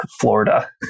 Florida